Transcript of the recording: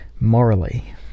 morally